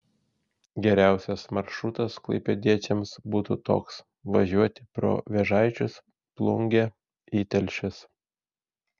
geriausias maršrutas klaipėdiečiams būtų toks važiuoti pro vėžaičius plungę į telšius